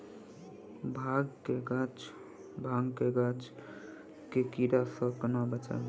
भांग केँ गाछ केँ कीड़ा सऽ कोना बचाबी?